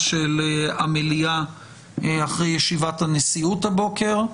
של המליאה אחרי ישיבת הנשיאות הבוקר,